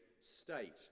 state